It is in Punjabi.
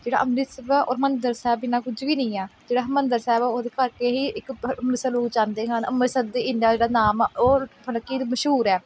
ਜਿਹੜਾ ਅੰਮ੍ਰਿਤਸਰ ਵਾ ਉਹ ਹਰਿਮੰਦਰ ਸਾਹਿਬ ਬਿਨਾਂ ਕੁਝ ਵੀ ਨਹੀਂ ਹੈ ਜਿਹੜਾ ਹਰਿਮੰਦਰ ਸਾਹਿਬ ਹੈ ਉਹਦੇ ਕਰਕੇ ਹੀ ਇੱਕ ਸਲੂ ਜਾਂਦੇ ਹਨ ਅੰਮ੍ਰਿਤਸਰ ਦੇ ਇੰਨਾ ਜਿਹੜਾ ਨਾਮ ਆ ਉਹ ਮਤਲਬ ਕਿ ਮਸ਼ਹੂਰ ਹੈ